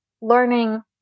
learning